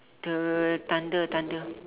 the thunder thunder